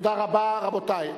תודה רבה, רבותי.